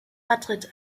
madrid